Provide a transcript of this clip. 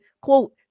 quote